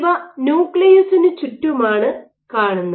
ഇവ ന്യൂക്ലിയസിനു ചുറ്റുമാണ് കാണുന്നത്